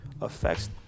affects